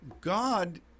God